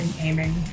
aiming